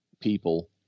people